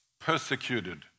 persecuted